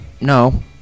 No